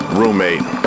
roommate